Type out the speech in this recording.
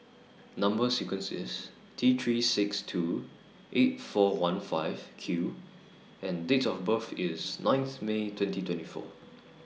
Number sequence IS T three six two eight four one five Q and Date of birth IS ninth May twenty twenty four